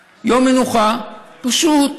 פשוט.